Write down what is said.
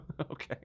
Okay